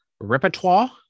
repertoire